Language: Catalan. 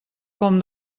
com